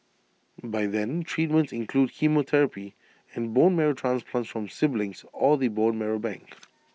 by then treatments include chemotherapy and bone marrow transplants from siblings or the bone marrow bank